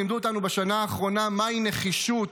לימדו אותנו בשנה האחרונה מהי נחישות,